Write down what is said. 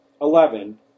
Eleven